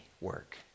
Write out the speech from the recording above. work